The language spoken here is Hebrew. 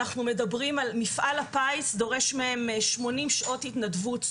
מפעל הפיס דורש מהם 80 שעות התנדבות.